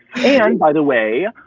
and, by the way,